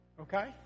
Okay